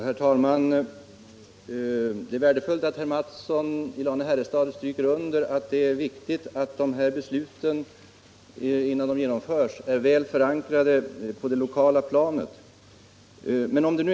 Herr talman! Det är värdefullt att herr Mattsson i Lane-Herrestad stryker under vikten av att vissa beslut, innan de genomförs, är väl förankrade på det lokala planet.